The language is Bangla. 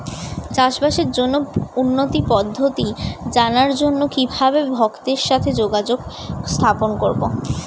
চাষবাসের জন্য উন্নতি পদ্ধতি জানার জন্য কিভাবে ভক্তের সাথে যোগাযোগ স্থাপন করব?